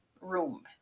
room